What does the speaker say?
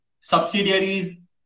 subsidiaries